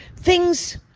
things.